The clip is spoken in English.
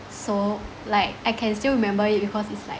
so like I can still remember it because it's like